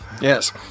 Yes